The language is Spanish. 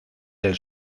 del